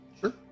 sure